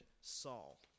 Saul